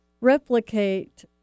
replicate